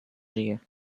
żyje